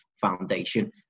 foundation